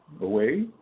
away